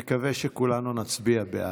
הנגד כי הוא כי א', ב', ג', ד' לא, לא,